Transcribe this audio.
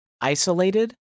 isolated